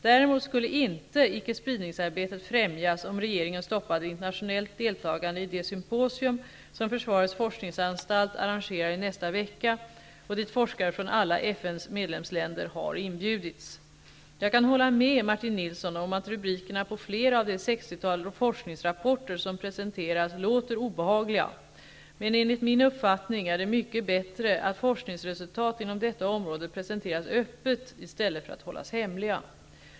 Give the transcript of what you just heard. Däremot skulle inte icke-spridningsarbetet främjas om regeringen stoppade internationellt deltagande i det symposium, som Försvarets forskningsanstalt arrangerar i nästa vecka och dit forskare från alla FN:s medlemsländer har inbjudits. Jag kan hålla med Martin Nilsson om att rubrikerna på flera av det sextiotal forskningsrapporter som presenteras låter obehagliga, men enligt min uppfattning är det mycket bättre att forskningsresultat inom detta område presenteras öppet än att de hålls hemliga.